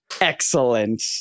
Excellent